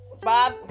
Bob